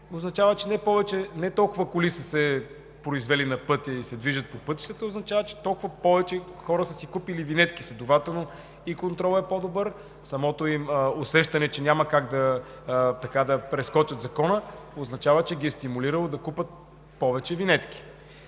означава, че са се произвели толкова коли и се движат по пътищата, а означава, че толкова повече хора са си купили винетки. Следователно и контролът е по-добър. Самото им усещане, че няма как да прескочат закона, означава, че ги е стимулирало да купят повече винетки.